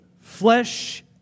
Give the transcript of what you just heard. flesh